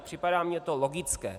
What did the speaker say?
Připadá mi to logické.